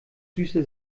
süße